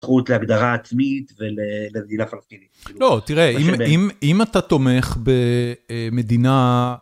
זכות להגדרה עצמית ומדינה פלסטינית. לא, תראה, אם אתה תומך במדינה...